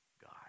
God